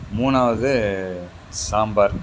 மூணாவது சாம்பார்